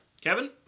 Kevin